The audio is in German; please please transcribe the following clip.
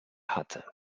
hatte